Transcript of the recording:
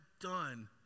done